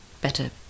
better